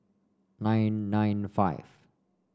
nine nine five